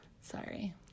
sorry